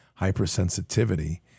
hypersensitivity